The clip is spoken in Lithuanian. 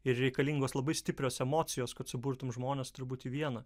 ir reikalingos labai stiprios emocijos kad suburtum žmones turbūt į vieną